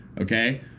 Okay